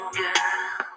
girl